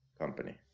company